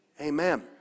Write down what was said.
Amen